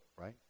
right